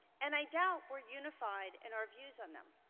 and i doubt we're unified in our views on them,